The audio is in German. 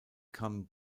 kam